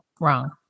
wrong